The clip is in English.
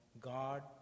God